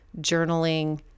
journaling